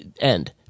end